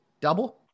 double